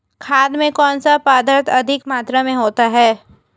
खाद में कौन सा पदार्थ अधिक मात्रा में होता है?